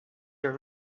your